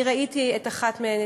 אני ראיתי אחת מהן,